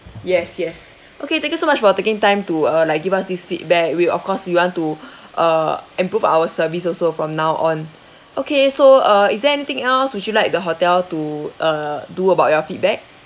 yes yes okay thank you so much for taking time to uh like give us this feedback we of course we want to uh improve our service also from now on okay so uh is there anything else would you like the hotel to uh do about your feedback